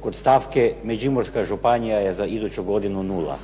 kod stavke Međimurska županija je za iduću godinu nula.